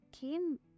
came